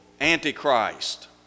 antichrist